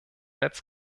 netz